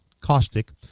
caustic